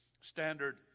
standard